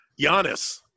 Giannis